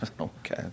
okay